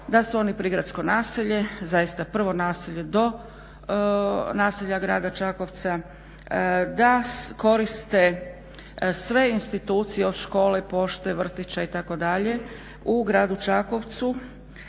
da su oni prigradsko naselje, zaista prvo naselje do naselja Grada Čakovca, da koriste sve institucije od škole, pošte, vrtića itd. u Gradu Čakovcu